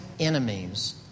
Enemies